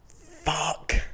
fuck